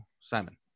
Simon